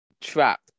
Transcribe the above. trap